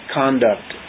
conduct